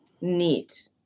Neat